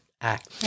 act